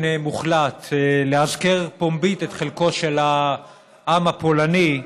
מוחלט לאזכר פומבית את חלקו של העם הפולני,